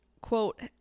quote